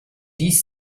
dis